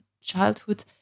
childhood